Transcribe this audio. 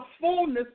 fullness